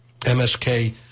MSK